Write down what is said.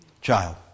child